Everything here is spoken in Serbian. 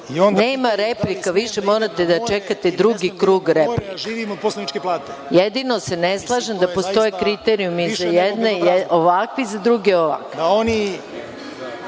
više replika. Morate da čekate drugi krug replika. Jedino se ne slažem da postoje različiti kriterijumi, za jedne ovakvi, za druge ovakvi.